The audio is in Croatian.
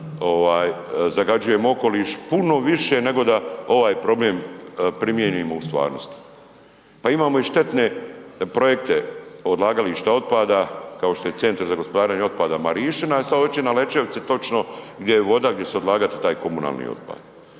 zagađujemo okoliš puno više nego da ovaj problem primijenimo u stvarnosti. Pa imamo i štetne projekte odlagališta otpada kao što će Centar za gospodarenje otpada Marišćina i sad hoće na Lećevici točno gdje je voda, gdje će se odlagati taj komunalni otpad.